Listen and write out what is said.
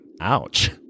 Ouch